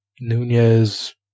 Nunez